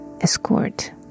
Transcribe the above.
escort